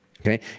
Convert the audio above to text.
okay